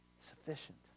sufficient